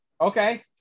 Okay